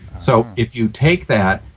so if you take that,